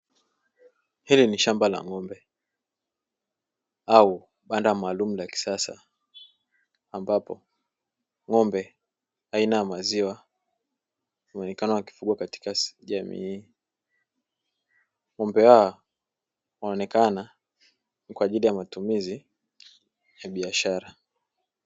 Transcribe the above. Hili ni shamba la ng'ombe au banda maalumu la kisasa ambapo ng'ombe aina ya maziwa huonekana wakifugwa katika jamii hii, ng'ombe hawa wanaonekana ni kwa ajili ya matumizi ya biashara.